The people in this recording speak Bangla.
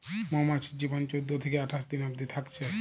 মৌমাছির জীবন চোদ্দ থিকে আঠাশ দিন অবদি থাকছে